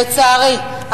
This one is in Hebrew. לצערי,